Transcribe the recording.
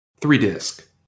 Three-disc